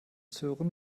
sören